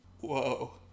Whoa